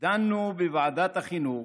דנו בוועדת החינוך